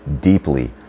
deeply